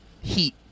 Heat